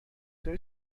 داره